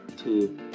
two